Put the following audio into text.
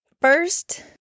first